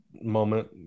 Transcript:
moment